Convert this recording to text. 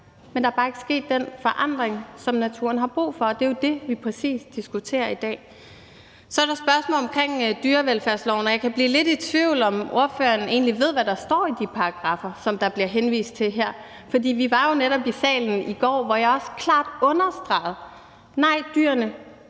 men der er bare ikke sket den forandring, som naturen har brug for. Det er jo præcis det, vi diskuterer i dag. Så er der spørgsmålet omkring dyrevelfærdsloven, og jeg kan blive lidt i tvivl om, om ordføreren egentlig ved, hvad der står i de paragraffer, der bliver henvist til her. For vi var jo netop i salen i går, hvor jeg også klart understregede, at nej, dyrene